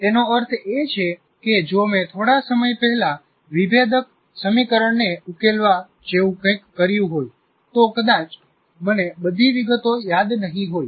તેનો અર્થ એ છે કે જો મેં થોડા સમય પહેલા વિભેદક સમીકરણને ઉકેલવા જેવું કંઈક કર્યું હોય તો કદાચ મને બધી વિગતો યાદ નહિ હોય